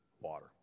water